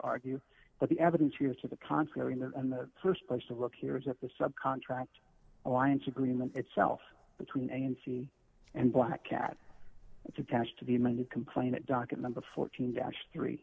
argue but the evidence here to the contrary in the st place to look here is that the sub contract alliance agreement itself between a and c and black cat it's attached to the amended complaint docket number fourteen dash three